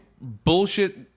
bullshit